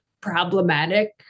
problematic